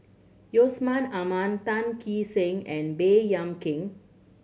Yusman Aman Tan Kee Sen and Baey Yam Keng